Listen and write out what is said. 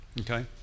okay